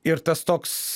ir tas toks